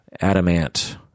Adamant